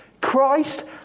Christ